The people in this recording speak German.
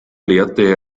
lehrte